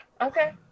Okay